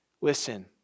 Listen